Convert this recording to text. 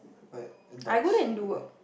like adults to go there